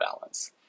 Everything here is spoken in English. balance